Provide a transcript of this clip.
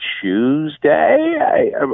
Tuesday